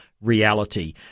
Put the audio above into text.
reality